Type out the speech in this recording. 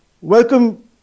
Welcome